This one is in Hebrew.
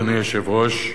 אדוני היושב-ראש,